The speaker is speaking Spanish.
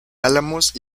álamos